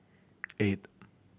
eight